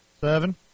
Seven